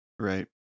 Right